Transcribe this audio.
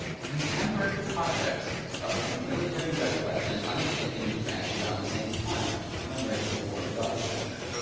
contemporary projects of military recollection undertaken in france around the same time to commemorate the war with architecture.